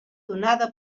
donada